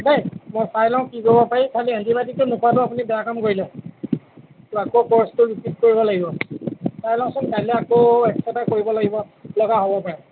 দেই মই চাই লওঁ কি কৰিব পাৰি খালী এণ্টিবায়টিকটো নোখোৱাটো আপুনি বেয়া কাম কৰিলে আকৌ ক'ৰ্ছটো ৰিপিট কৰিব লাগিব চাই লওঁচোন আকৌ এক্স ৰে' এটা কৰিব লাগিব লগা হ'বও পাৰে